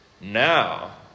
Now